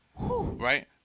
Right